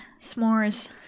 s'mores